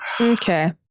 Okay